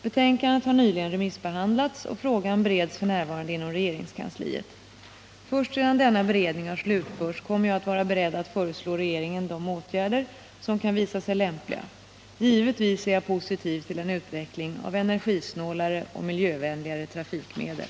Betänkandet har nyligen remissbehandlats, och frågan bereds f. n. inom regeringskansliet. Först sedan denna beredning har slutförts kommer jag att vara beredd att föreslå regeringen de åtgärder som kan visa sig lämpliga. Givetvis är jag positiv till en utveckling av energisnålare och miljövänligare trafikmedel.